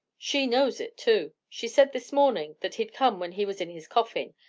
she knows it too. she said this morning that he'd come when he was in his coffin!